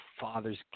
Father's